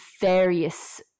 various